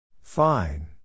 Fine